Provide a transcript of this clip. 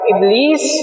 Iblis